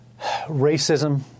Racism